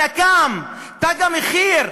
הנקם, "תג המחיר".